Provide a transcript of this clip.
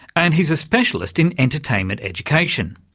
and he's a specialist in entertainment education.